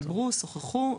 דיברו ושוחחו,